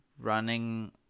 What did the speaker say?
running